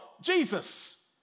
Jesus